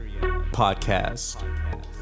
Podcast